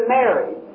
married